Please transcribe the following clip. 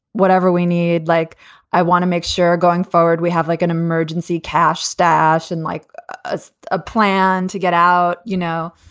whatever we need. like i want to make sure. going forward, we have like an emergency cash stash and like ah a plan to get out. you know,